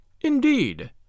Indeed